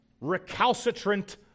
recalcitrant